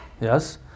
yes